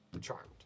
Charmed